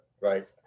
right